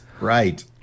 right